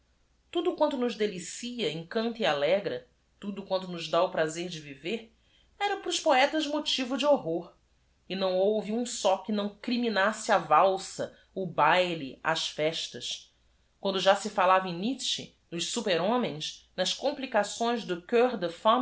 udo quanto nos delicia encanta e alegra tudo quanto nos dá o prazer de v i v e r era para os poetas m o t i v o de vhor ror e não houve u m só que não criminasse a valsa o baile as festas uando já se fallava em ietzsche nos super homens nas complicações do